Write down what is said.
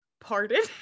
pardon